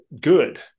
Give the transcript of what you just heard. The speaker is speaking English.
Good